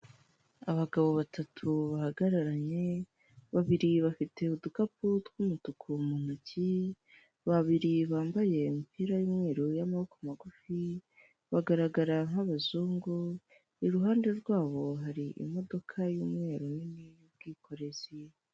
Abagabo batatu bahagararanye, babiri bafite udukapu tw'umutuku mu ntoki, babiri bambaye imipira y'umweru y'amaboko magufi, bagaragara nk'abazungu. Iruhande rwabo har’imodoka y'umweru nini y'ubwikorezi.